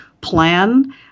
plan